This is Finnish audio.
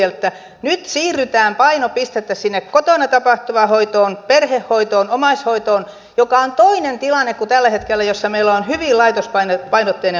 että nyt siirretään painopistettä sinne kotona tapahtuvaan hoitoon perhehoitoon omaishoitoon mikä on toinen tilanne kuin tällä hetkellä kun meillä on hyvin laitospainotteinen hoitomuoto